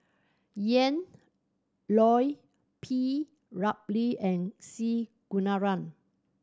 Ian Loy P Ramlee and C Kunalan